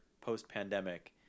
post-pandemic